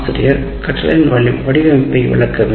ஆசிரியர் சுற்றின் வடிவமைப்பை நிரூபிக்க வேண்டும்